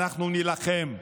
נא לסיים.